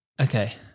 Okay